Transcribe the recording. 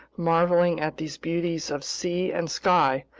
marveling at these beauties of sea and sky,